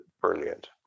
brilliant